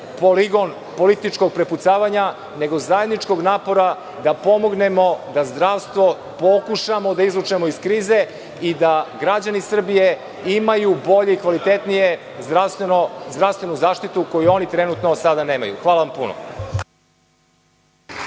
poligon političkog prepucavanja, nego zajedničkog napora da pomognemo da zdravstvo pokušamo da izvučemo iz krize i da građani Srbije imaju bolju i kvalitetniju zdravstvenu zaštitu koju oni sada trenutno nemaju. Hvala vam puno.